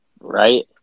Right